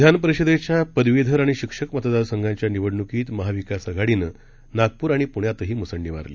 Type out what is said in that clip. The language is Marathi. विधानपरिषदेच्यापदवीधरआणिशिक्षकमतदारसंघाच्यानिवडण्कीतमहाविकासआघाडी नंनागप्रआणिप्ण्यातहीमुसंडीमारली